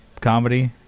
comedy